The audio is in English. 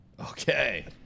Okay